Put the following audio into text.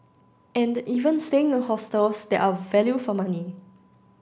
and even staying in hostels that are value for money